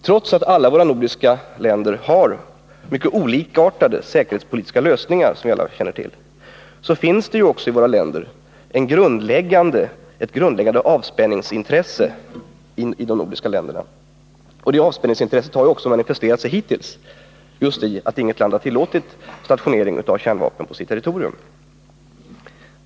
Trots att våra nordiska länder har mycket olikartade säkerhetspolitiska lösningar, vilket vi alla känner till, finns det också ett grundläggande avspänningsintresse i dem alla. Det har hittills manifesterat sig just i att inget nordiskt land har tillåtit stationering av kärnvapen på sitt territorium.